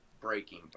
breaking